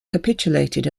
capitulated